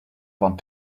want